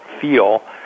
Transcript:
feel